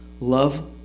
love